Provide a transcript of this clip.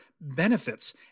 benefits